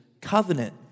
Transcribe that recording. covenant